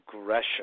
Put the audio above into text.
aggression